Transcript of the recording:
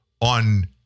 on